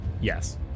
Yes